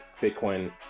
Bitcoin